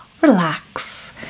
relax